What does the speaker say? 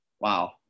Wow